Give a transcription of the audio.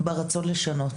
ברצון לשנות.